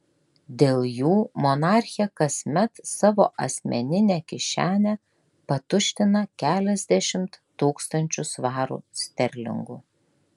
dėl jų monarchė kasmet savo asmeninę kišenę patuština keliasdešimt tūkstančių svarų sterlingų